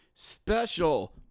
Special